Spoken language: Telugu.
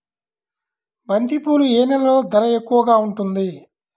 బంతిపూలు ఏ నెలలో ధర ఎక్కువగా ఉంటుంది?